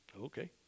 okay